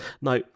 Now